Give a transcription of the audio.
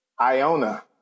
Iona